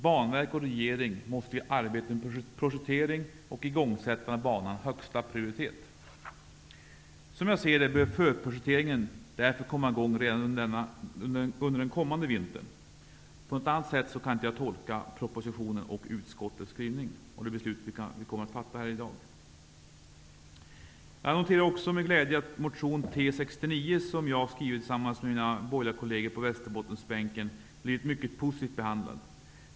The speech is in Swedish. Banverket och regeringen måste ge arbetet med projektering och igångsättande av banan högsta prioritet. Som jag ser det bör förprojekteringen därför komma i gång redan under den kommande vintern. Jag kan inte tolka propositionen och utskottets skrivning, och det beslut vi skall fatta i dag, på något annat sätt. Jag noterar också med glädje att motion T69, som jag har väckt tillsammans med mina borgerliga kolleger på Västerbottensbänken, har blivit mycket positivt behandlad.